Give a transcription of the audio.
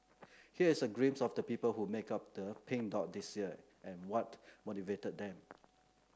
here is a glimpse of the people who made up the Pink Dot this year and what motivated them